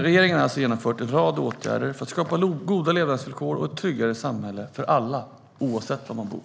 Regeringen har alltså vidtagit en rad åtgärder för att skapa goda levnadsvillkor och ett tryggare samhälle för alla, oavsett var man bor.